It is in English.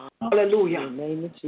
Hallelujah